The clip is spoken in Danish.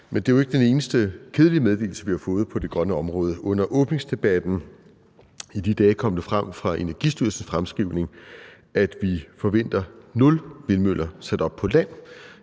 men det er ikke den eneste kedelige meddelelse, vi har fået på det grønne område. I dagene omkring åbningsdebatten kom det frem fra Energistyrelsens fremskrivning, at vi forventer nul vindmøller sat op på land